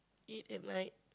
eat at night